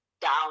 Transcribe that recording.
down